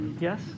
Yes